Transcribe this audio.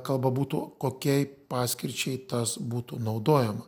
kalba būtų kokiai paskirčiai tas būtų naudojama